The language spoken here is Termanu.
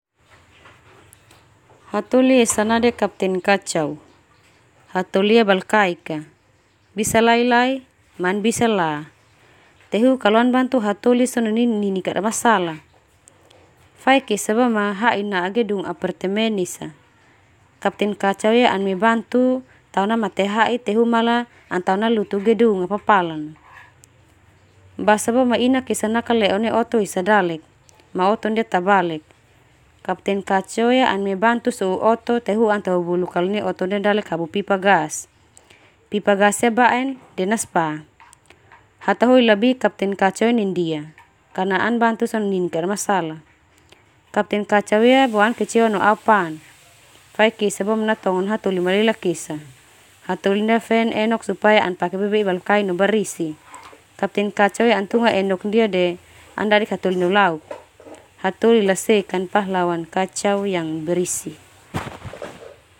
Hatoli esa nade kapten kacau. Hatoli ia balkaik ka. Bisa lai-lai, ma an bisa la. Te hu kalau an bantu hatoli so na nini kada masalah. Faik esa boe ma, ha'i na'a gedung apertemen esa. Kapten kacau ia an mai bantu tao na mate ha'i te hu malah an tao nalutu gedung a papalan na. Basa boe ma inak esa nakale'o nai oto esa dalek, ma oto ndia tabalek. Kapten kacau ia an mai bantu so'u oto te hu an ta bubuluk kalau nai oto ndia dalek hapu pipa gas. Pipa gas ia ba'en de naspa. Hatoli la bi kapten kacau ia nai ndia karna an bantu so na nini kada masalah. Kapten kacau bo an kecewa no aopan. Faik esa bo ma natongo no hatoli malelak esa. Hatoli ndia fen enok fo an pake bebe'i balkain na no barisi. Kapten kacau an tunga enok ndia de an dadik hatoli neulauk. Hatoli la sek kan pahlawan kacau yang barisi.